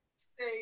Say